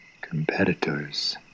competitors